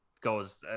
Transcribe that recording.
goes